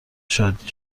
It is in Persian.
شادی